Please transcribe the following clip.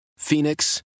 Phoenix